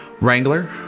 Wrangler